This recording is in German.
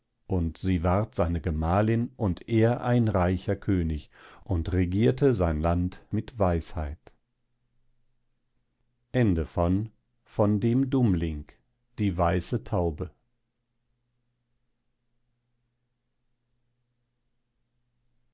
und sie ward seine gemahlin und er ein reicher könig und regierte sein land mit weisheit